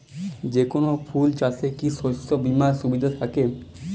যেকোন ফুল চাষে কি শস্য বিমার সুবিধা থাকে?